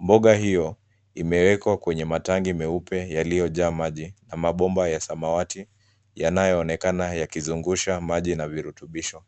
Mboga hiyo imewekwa kwenye matangi meupe yaliyojaa maji na mabomba ya samawati yanayoonekana yakizungusha maji na virutubisho.